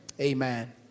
Amen